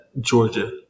Georgia